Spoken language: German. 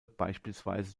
beispielsweise